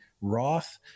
Roth